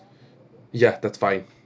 ya that's fine